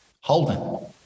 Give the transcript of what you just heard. Holden